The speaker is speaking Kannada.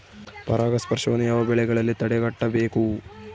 ಪರಾಗಸ್ಪರ್ಶವನ್ನು ಯಾವ ಬೆಳೆಗಳಲ್ಲಿ ತಡೆಗಟ್ಟಬೇಕು?